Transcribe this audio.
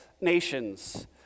nations